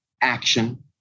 action